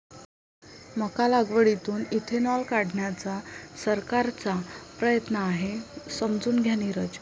मका लागवडीतून इथेनॉल काढण्याचा सरकारचा प्रयत्न आहे, समजून घ्या नीरज